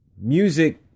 Music